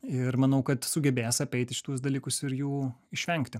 ir manau kad sugebės apeiti šituos dalykus ir jų išvengti